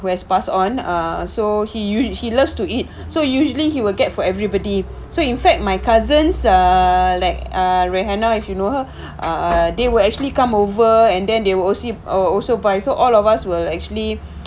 who has pass on uh so he use he loves to eat so usually he will get for everybody so in fact my cousins uh like uh rehanna if you know her uh they will actually come over and then they will also also buy so all of us will actually